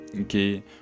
okay